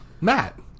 Matt